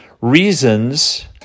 reasons